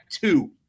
two